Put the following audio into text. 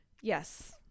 Yes